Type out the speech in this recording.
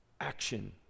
action